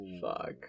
Fuck